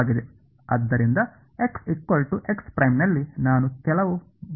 ಆದ್ದರಿಂದ x x' ನಲ್ಲಿ ನಾನು ಕೆಲವು ಬಲವನ್ನು ಸರಿಯಾಗಿ ಅನ್ವಯಿಸಿದ್ದೇನೆ